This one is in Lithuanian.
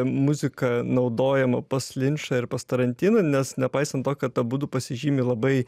muzika naudojama pas linčą ir pas tarantino nes nepaisant to kad abudu pasižymi labai